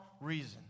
reason